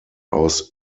aus